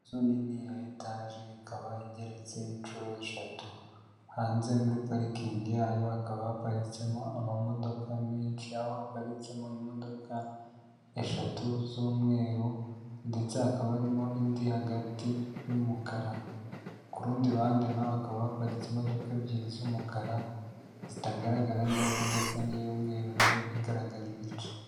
Inzu nini ya etage ikaba igereretse inshuro eshatu, hanze muri parking yayo hakaba haparitsemo ama modoka menshi, aho haparitsemo imodoka eshatu z'umweru, ndetse hakaba harimo indi hagati y'umukara. Ku rundi ruhande narwo hakaba haparitse imodoka ebyiri z'umukara zitagaragara neza, ndetse n'iy'umweru nayo igaragara igice.